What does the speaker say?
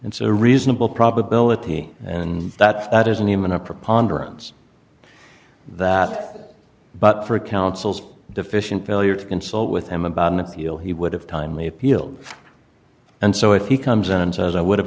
and so a reasonable probability and that isn't even a preponderance of that but for counsel's deficient failure to consult with him about an appeal he would have timely appealed and so if he comes in and says i would